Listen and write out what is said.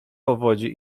powodzi